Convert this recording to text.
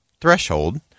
threshold